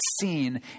seen